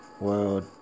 World